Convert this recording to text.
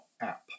app